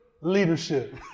leadership